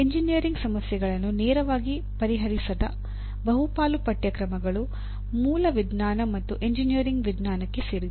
engineering ಸಮಸ್ಯೆಗಳನ್ನು ನೇರವಾಗಿ ಪರಿಹರಿಸದ ಬಹುಪಾಲು ಪಠ್ಯಕ್ರಮಗಳು ಮೂಲ ವಿಜ್ಞಾನ ಅಥವಾ ಎಂಜಿನಿಯರಿಂಗ್ ವಿಜ್ಞಾನಕ್ಕೆ ಸೇರಿವೆ